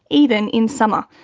even in summer.